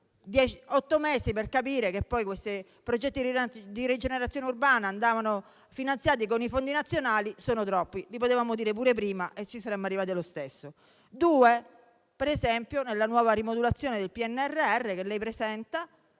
ottomesi per capire che poi questi progetti di rigenerazione urbana andavano finanziati con i fondi nazionali sono troppi, lo si poteva dire anche prima e ci si sarebbe arrivati lo stesso. Inoltre, nella nuova rimodulazione del PNRR che il Ministro presenta